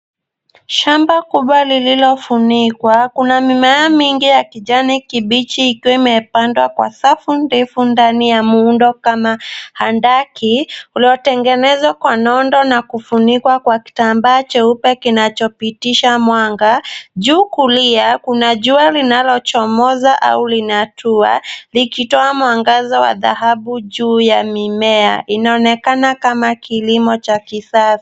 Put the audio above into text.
Shamba kubwa lililofunikwa. Kuna mimea mingi ya kijani kibichi ikiwa imepandwa kwa safu ndefu ndani ya muundo kama handaki uliotengezwa kwa nondo na kufunikwa kwa kitambaa cheupe kinachopitisha mwanga. Juu kulia kuna jua linalochomoza au linatua likitoa mwangaza wa dhahabu juu ya mimea. Inaonekana kama kilimo cha kisasa.